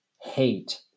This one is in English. hate